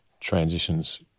transitions